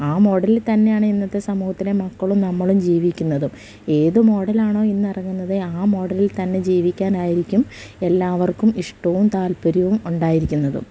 ആ മോഡലിൽ തന്നെയാണ് ഇന്നത്തെ സമൂഹത്തിലെ മക്കളും നമ്മളും ജീവിക്കുന്നതും ഏത് മോഡലാണോ ഇന്നിറങ്ങുന്നത് ആ മോഡലിൽ തന്നെ ജീവിക്കാനായിരിക്കും എല്ലാവർക്കും ഇഷ്ടവും താല്പര്യവുമുണ്ടായിരിക്കുന്നതും